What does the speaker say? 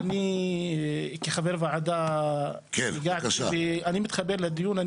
אני כחבר ועדה הגעתי לדיון.